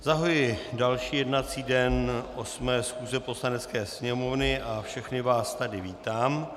Zahajuji další jednací den 8. schůze Poslanecké sněmovny a všechny vás tady vítám.